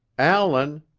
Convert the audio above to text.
allan,